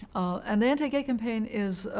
and the anti-gay campaign is,